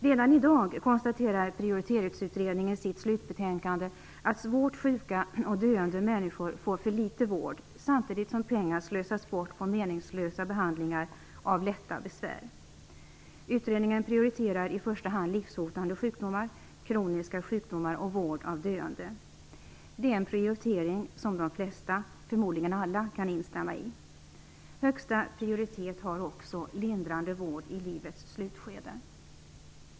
Redan i dag konstaterar Prioritetsutredningen i sitt slutbetänkande att svårt sjuka och döende människor får för litet vård samtidigt som pengar slösas bort på meningslösa behandlingar av lätta besvär. Utredningen prioriterar i första hand livshotande sjukdomar, kroniska sjukdomar och vård av döende. Det är en prioritering som de flesta, förmodligen alla, kan instämma i. Högsta prioritet har också lindrande vård i livets slutskede.